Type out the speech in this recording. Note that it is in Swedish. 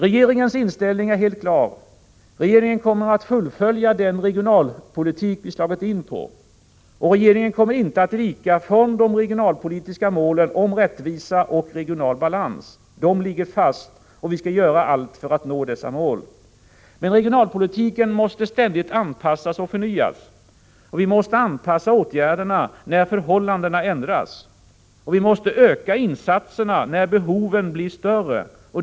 Regeringens inställning är helt klar: Regeringen kommer att fullfölja den regionalpolitik vi slagit in på. Regeringen kommer inte att vika från de regionalpolitiska målen om rättvisa och regional balans. De ligger fast, och vi skall göra allt för att nå dessa mål. Men regionalpolitiken måste ständigt anpassas och förnyas. Vi måste anpassa åtgärderna när förhållandena ändras. Vi måste öka insatserna när behoven blir större.